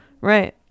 right